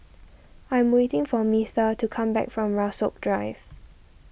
I'm waiting for Metha to come back from Rasok Drive